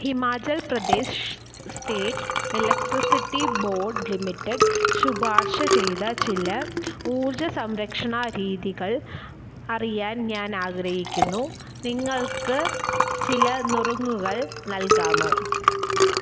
Himachal Pradesh state electricity board limited ശുപാർശ ചെയ്ത ചില ഊർജ്ജ സംരക്ഷണ രീതികൾ അറിയാൻ ഞാൻ ആഗ്രഹിക്കുന്നു നിങ്ങൾക്ക് ചില നുറുങ്ങുകൾ നൽകാമോ